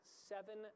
seven